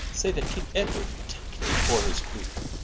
say, that king edward take thee for his queene?